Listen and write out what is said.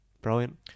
Brilliant